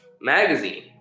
magazine